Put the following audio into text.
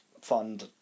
fund